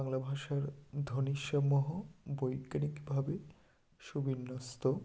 বাংলা ভাষার ধ্বনিসমূহ বৈজ্ঞানিকভাবে সুবিন্যস্ত